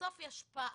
בסוף יש פער,